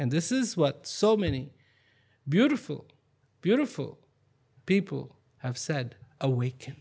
and this is what so many beautiful beautiful people have said a